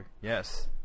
Yes